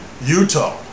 Utah